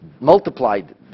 multiplied